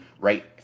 right